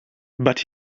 but